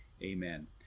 Amen